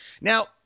Now